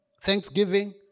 Thanksgiving